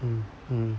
hmm hmm